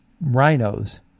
rhinos